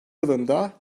yılında